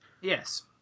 yes